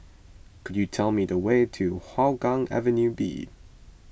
could you tell me the way to Hougang Avenue B